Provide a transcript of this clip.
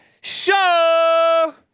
show